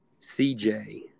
CJ